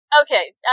Okay